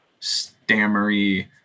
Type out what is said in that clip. stammery